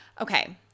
Okay